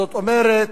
זאת אומרת,